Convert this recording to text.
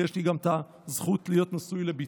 שיש לי גם הזכות להיות נשוי לבתו.